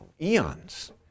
eons